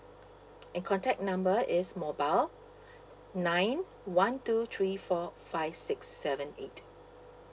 and contact number is mobile nine one two three four five six seven eight